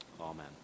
Amen